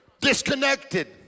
disconnected